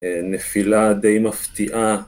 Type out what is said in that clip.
נפילה די מפתיעה